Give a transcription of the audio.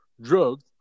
drugs